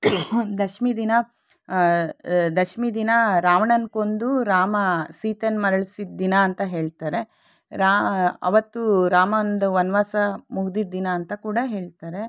ದಶಮಿ ದಿನ ದಶಮಿ ದಿನ ರಾವಣನ್ನ ಕೊಂದು ರಾಮ ಸೀತೆನ ಮರಳಿಸಿದ ದಿನ ಅಂತ ಹೇಳ್ತಾರೆ ರಾ ಆವತ್ತು ರಾಮಂದು ವನವಾಸ ಮುಗ್ದಿದ್ದು ದಿನ ಅಂತ ಕೂಡ ಹೇಳ್ತಾರೆ